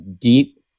deep